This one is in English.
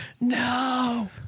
No